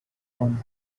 one